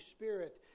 Spirit